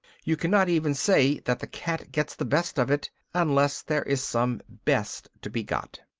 you cannot even say that the cat gets the best of it unless there is some best to be got.